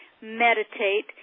Meditate